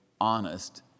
honest